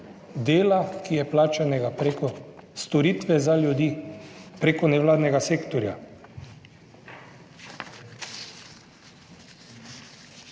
ki je plačanega preko storitve za ljudi, preko nevladnega sektorja.